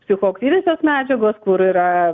psichoaktyviosios medžiagos kur yra